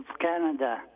Canada